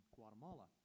Guatemala